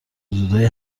حدودای